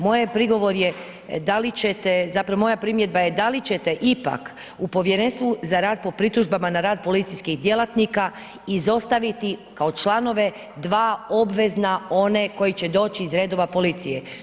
Moje prigovor je da li ćete, zapravo moja primjedba da li ćete ipak, u Povjerenstvu za rad po pritužbama, na rad policijskih djelatnika izostaviti, kao članove 2 obveza one koji će doći iz redova policije?